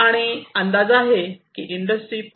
आणि अंदाज आहे की इंडस्ट्री 4